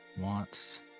wants